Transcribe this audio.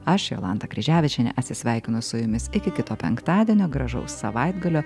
aš jolanta kryževičienė atsisveikinu su jumis iki kito penktadienio gražaus savaitgalio